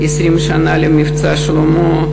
20 שנה ל"מבצע שלמה",